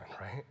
right